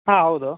ಹಾಂ ಹೌದು